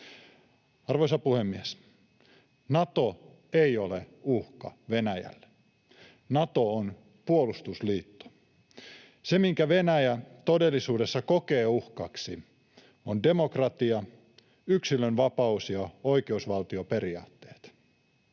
Arvoisa puhemies! Nato ei ole uhka Venäjälle. Nato on puolustusliitto. Se, minkä Venäjä todellisuudessa kokee uhkaksi, on demokratia, yksilön vapaus ja oikeusvaltioperiaatteet.